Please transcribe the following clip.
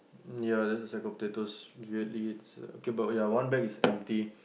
ya that's a sack of potatoes weirdly it's uh okay ya but one bag is empty